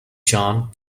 john